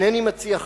אינני מציע,